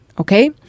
okay